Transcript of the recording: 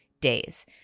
days